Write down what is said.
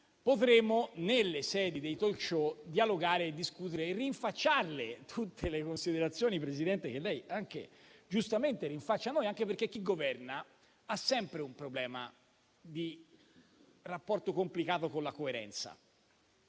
potremo, nelle sedi dei *talk show*, dialogare, discutere e rinfacciarle tutte le considerazioni, signora Presidente, che anche lei giustamente rinfaccia a noi. Ciò anche perché chi governa ha sempre un problema di rapporto complicato con la coerenza: